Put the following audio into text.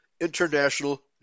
international